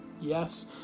Yes